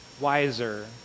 wiser